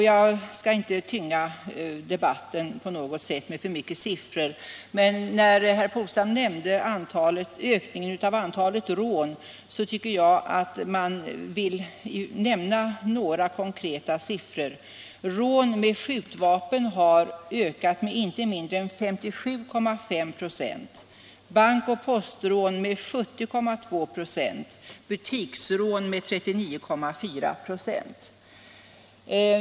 Jag skall inte tynga debatten med alltför mycket siffror, men när herr Polstam nämnde ökningen av antalet rån tycker jag att man även bör nämna några konkreta siffror: rån med skjutvapen har ökat med inte mindre än 57,5 96, bankoch postrån med 70,2 96 och butiksrån med 39,4 96.